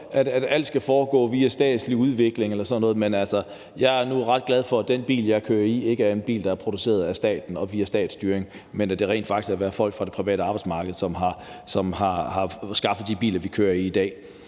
at alt skal foregå via statslig udvikling eller sådan noget, men, altså, jeg er nu ret glad for, at den bil, jeg kører i, ikke er en bil, der er produceret af staten og via statsstyring, men at det rent faktisk har været folk på det private arbejdsmarked, som har skabt de biler, vi kører i i dag.